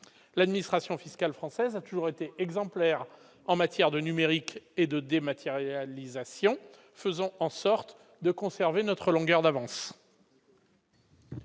l'administration fiscale française a toujours été exemplaire en matière de numérique et de dématérialisation, faisons en sorte de conserver notre longueur d'avance.